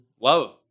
love